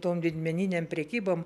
tom didmeninėm prekybom